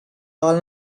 all